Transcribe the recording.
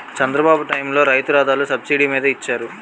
చంద్రబాబు టైములో రైతు రథాలు సబ్సిడీ మీద ఇచ్చారు